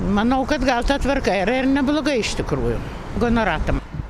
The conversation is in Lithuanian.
manau kad gal ta tvarka yra ir nebloga iš tikrųjų gonoratam